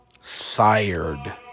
sired